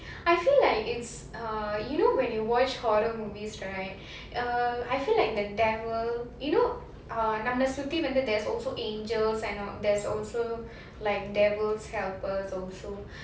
I feel like it's err you know when you watch horror movies right err I feel like the devil you know uh நம்ல சுத்தி:namla suthi there's also angels and uh there's also like devil's helpers also